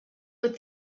with